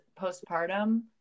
postpartum